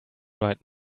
right